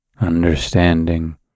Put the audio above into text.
understanding